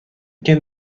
can